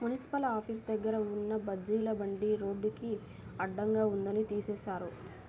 municipal office దగ్గర ఉన్న బజ్జీల బండిని రోడ్డుకి అడ్డంగా ఉందని తీసేశారు